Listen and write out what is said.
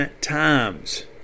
times